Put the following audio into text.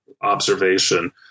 observation